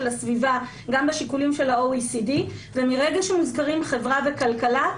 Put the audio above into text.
הסביבה גם בשיקולים של ה-OECD ומרגע שמוזכרים חברה וכלכלה,